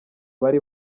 bari